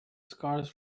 scars